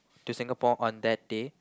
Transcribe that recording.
to Singapore on that day